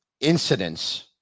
incidents